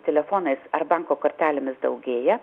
telefonais ar banko kortelėmis daugėja